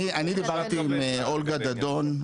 אני דיברתי עם אולגה דדון,